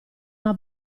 una